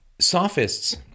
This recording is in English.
sophists